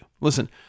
Listen